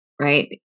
right